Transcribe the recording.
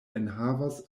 enhavas